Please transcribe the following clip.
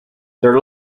their